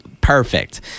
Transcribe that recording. perfect